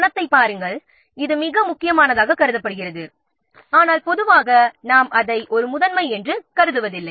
பணமும் மிக முக்கியமானதாக கருதப்படுகிறது ஆனால் பொதுவாக நாம் அதை முதன்மையாக கருதுவதில்லை